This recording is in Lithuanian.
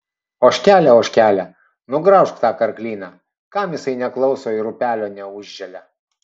ožkele ožkele nugraužk tą karklyną kam jisai neklauso ir upelio neužželia